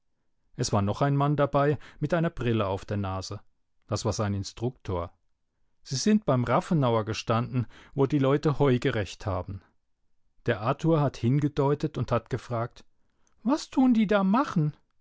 es war noch ein mann dabei mit einer brille auf der nase das war sein instruktor sie sind beim rafenauer gestanden wo die leute heu gerecht haben der arthur hat hingedeutet und hat gefragt was tun die da machen